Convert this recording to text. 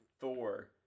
Thor